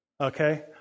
Okay